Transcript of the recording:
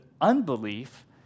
unbelief